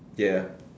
ya